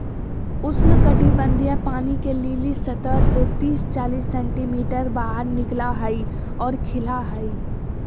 उष्णकटिबंधीय पानी के लिली सतह से तिस चालीस सेंटीमीटर बाहर निकला हइ और खिला हइ